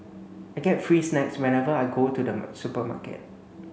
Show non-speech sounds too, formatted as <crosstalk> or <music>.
I get free snacks whenever I go to the <unintelligible> supermarket